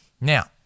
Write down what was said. Now